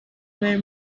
were